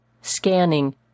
Scanning